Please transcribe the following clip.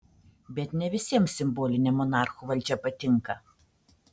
bet ne visiems simbolinė monarchų valdžia patinka